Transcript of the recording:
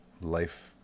life